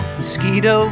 mosquito